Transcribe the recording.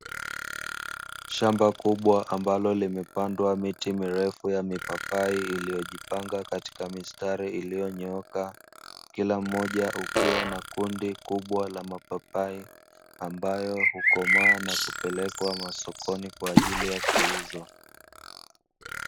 Shamba kubwa ambalo limepandwa miti mirefu ya mipapai, iliyojipanga katika mistari iliyonyooka. Kila mmoja ukiwa na kundi kubwa la mapapai, ambayo hukomaa na kupelekwa masokoni kwa ajili ya kuuzwa.